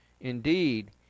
Indeed